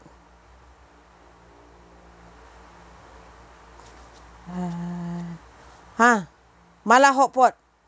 uh ha mala hotpot